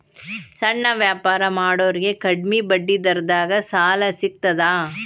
ಸಣ್ಣ ವ್ಯಾಪಾರ ಮಾಡೋರಿಗೆ ಕಡಿಮಿ ಬಡ್ಡಿ ದರದಾಗ್ ಸಾಲಾ ಸಿಗ್ತದಾ?